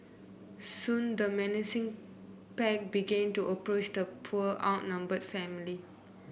soon the menacing pack began to approach the poor outnumber family